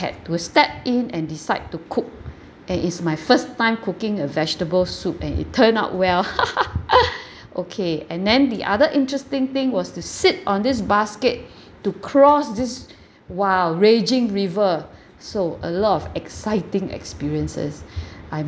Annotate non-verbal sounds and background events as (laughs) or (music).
had to step in and decide to cook and it's my first time cooking a vegetable soup and it turned out well (laughs) okay and then the other interesting thing was to sit on this basket (breath) to cross this (breath) !wow! raging river (breath) so a lot of exciting experiences (breath) I'm